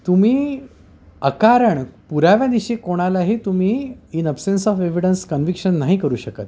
तुम्ही अकारण पुऱ्याव्यानिशी कोणालाही तुम्ही in absence of evidence conviction नाही करू शकत